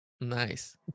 nice